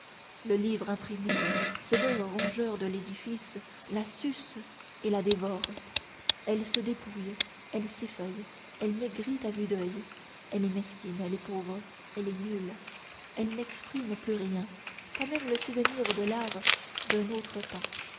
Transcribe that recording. le livre imprimé ce ver rongeur de l'édifice la suce et la dévore elle se dépouille elle s'effeuille elle maigrit à vue d'oeil elle est mesquine elle est pauvre elle est nulle elle n'exprime plus rien pas même le souvenir de l'art d'un autre temps